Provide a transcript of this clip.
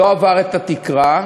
לא עבר את התקרה,